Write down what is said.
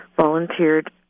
volunteered